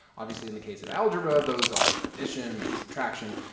obviously, in the case of algebra, those are addition and subtraction.